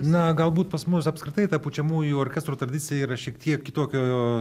na galbūt pas mus apskritai ta pučiamųjų orkestro tradicija yra šiek tiek kitokio